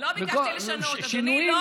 לא ביקשתי לשנות, אדוני.